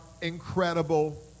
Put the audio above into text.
incredible